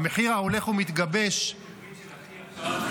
המחיר ההולך ומתגבש ------ מקשיב לברית של אחי עכשיו.